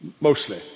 mostly